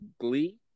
Glee